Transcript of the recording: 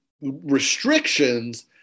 restrictions